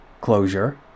closure